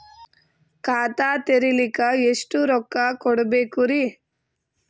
ಖಾತಾ ತೆರಿಲಿಕ ಎಷ್ಟು ರೊಕ್ಕಕೊಡ್ಬೇಕುರೀ?